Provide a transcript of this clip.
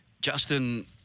Justin